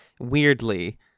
weirdly